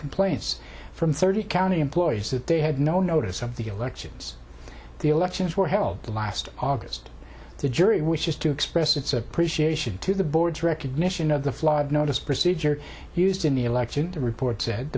complaints from thirty county employees that they had no notice of the elections the elections were held last august the jury wishes to express its appreciation to the board's recognition of the flawed notice procedure used in the election the report said